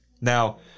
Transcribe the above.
Now